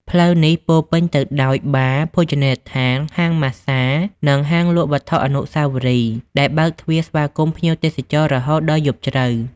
ផ្លូវនេះពោរពេញទៅដោយបារ ភោជនីយដ្ឋាន ហាងម៉ាស្សា និងហាងលក់វត្ថុអនុស្សាវរីយ៍ ដែលបើកទ្វារស្វាគមន៍ភ្ញៀវទេសចររហូតដល់យប់ជ្រៅ។